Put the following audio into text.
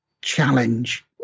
Challenge